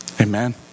Amen